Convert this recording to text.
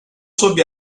sob